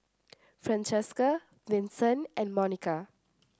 Francesca Vincent and Monika